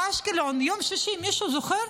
באשקלון ביום שישי, מישהו זוכר?